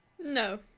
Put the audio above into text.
No